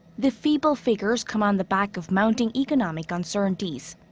the feeble figures come on the back of mounting economic uncertainties.